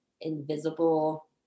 invisible